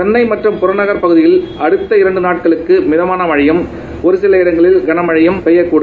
சென்னை மற்றும் புறநகர் பகுதிகளில் அடுத்த இரண்டு நாட்களில் மிதமான மழையும் ஒருசில இடங்களில் கனமழையும் பெய்யக்கூடும்